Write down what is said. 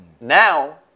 Now